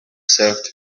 served